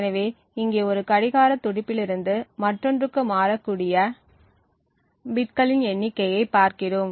எனவே இங்கே ஒரு கடிகார துடிப்பிலிருந்து மற்றொன்றுக்கு மாறக்கூடிய பிட்களின் எண்ணிக்கையைப் பார்க்கிறோம்